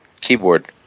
keyboard